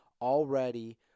already